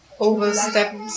Overstepped